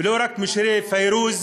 ולא רק משירי פיירוז,